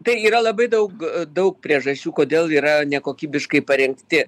tai yra labai daug daug priežasčių kodėl yra nekokybiškai parengti